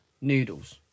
Noodles